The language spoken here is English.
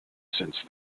since